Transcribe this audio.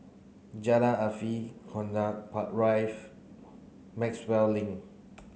Jalan Afifi Connaught Maxwell Link